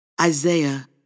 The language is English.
Isaiah